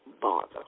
bother